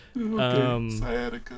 Okay